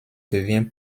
devient